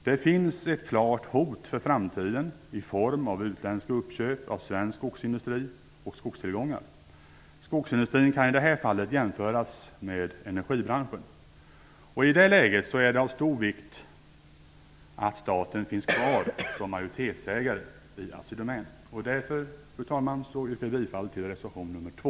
Det finns ett klart hot för framtiden, i form av utländska uppköp av svensk skogsindustri och skogstillgångar. Skogsindustrin kan i detta fall jämföras med energibranschen. I detta läge är det av stor vikt att staten finns kvar som majoritetsägare i Assi Domän. Därför, fru talman, yrkar jag bifall till reservation nr 2.